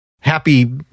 happy